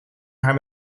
haar